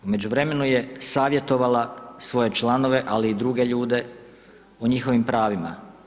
U međuvremenu je savjetovala svoje članove ali i druge ljude o njihovim pravima.